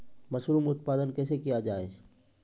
Mushroom उत्पादन कैसे किया जाय?